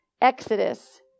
Exodus